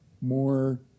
more